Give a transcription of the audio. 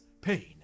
Pain